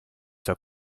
zwar